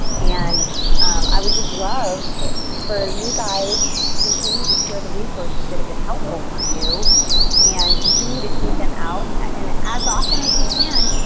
and i would just love for you guys to continue to share the resources that have been helpful for you and continue to tweet them out and as often as you can,